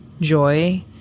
joy